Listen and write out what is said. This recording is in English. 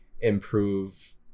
improve